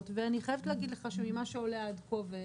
ואני חייבת להגיד לך שממה שעולה עד כה,